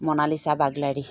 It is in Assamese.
মনালিচা বাগলাৰী